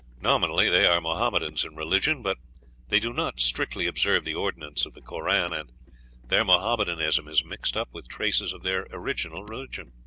nominally they are mohammedans in religion but they do not strictly observe the ordinances of the koran, and their mohammedanism is mixed up with traces of their original religion.